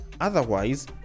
Otherwise